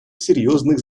серьезных